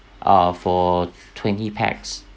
uh for twenty pax